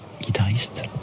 guitariste